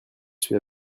suis